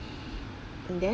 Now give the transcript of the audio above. and then